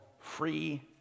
free